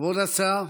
כבוד השר,